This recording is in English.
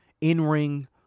in-ring